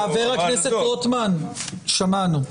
חבר הכנסת רוטמן, שמענו.